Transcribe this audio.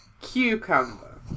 Cucumber